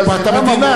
לכן זה תקציבית.